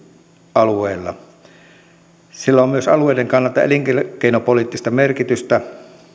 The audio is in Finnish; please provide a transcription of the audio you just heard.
alueilla sillä on myös alueiden kannalta elinkeinopoliittista merkitystä